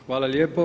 Hvala lijepo.